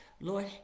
Lord